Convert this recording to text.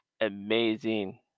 amazing